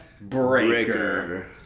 Breaker